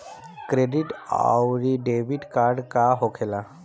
Credit आउरी debit card का होखेला?